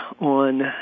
on